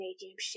mediumship